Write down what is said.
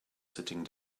sitting